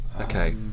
Okay